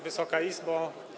Wysoka Izbo!